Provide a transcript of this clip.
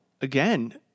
again